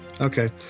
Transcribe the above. Okay